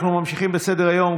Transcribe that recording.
אנחנו ממשיכים בסדר-היום.